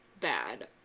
bad